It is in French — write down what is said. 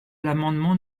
l’amendement